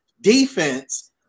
defense